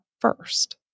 first